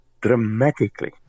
dramatically